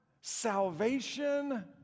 salvation